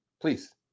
please